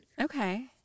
Okay